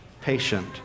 patient